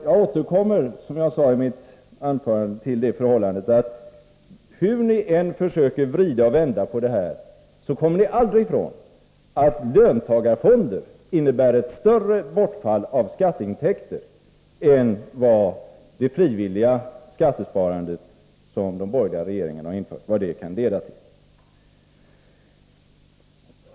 Jag återkom mer till vad jag sade i mitt inledningsanförande: Hur ni än försöker vrida och vända på det här kommer ni aldrig ifrån att löntagarfonder innebär ett större bortfall av skatteintäkter än det frivilliga skattesparande som de borgerliga regeringarna infört kan leda till.